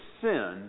sin